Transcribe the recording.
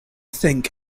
think